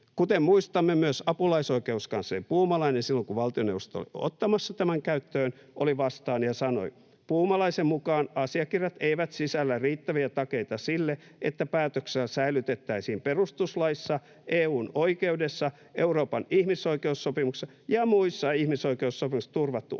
Kuten muistamme, myös apulaisoikeuskansleri Puumalainen silloin, kun valtioneuvosto oli ottamassa tämän käyttöön, oli vastaan ja sanoi: ”Asiakirjat eivät sisällä riittäviä takeita sille, että päätöksellä säilytettäisiin perustuslaissa, EU:n oikeudessa, Euroopan ihmisoikeussopimuksessa ja muissa ihmisoikeussopimuksissa turvattu aito ja